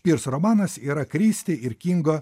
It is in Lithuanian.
pirs romanas yra kristi ir kingo